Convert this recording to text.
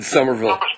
Somerville